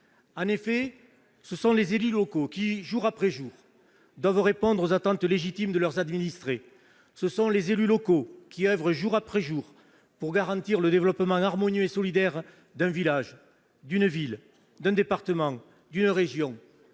En effet, ce sont les élus locaux qui, jour après jour, doivent répondre aux attentes légitimes de leurs administrés ; ce sont ces élus locaux qui oeuvrent, jour après jour, pour garantir le développement harmonieux et solidaire d'un village, d'une ville, d'un département, ou d'une région,